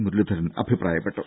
മുരളീധരൻ അഭിപ്രായപ്പെട്ടു